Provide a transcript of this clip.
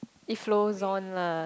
it flows on lah